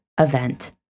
event